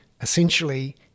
Essentially